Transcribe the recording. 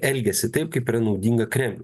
elgiasi taip kaip ir naudinga kremliui